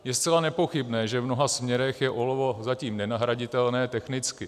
Je zcela nepochybné, že v mnoha směrech je olovo zatím nenahraditelné technicky.